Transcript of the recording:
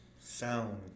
sound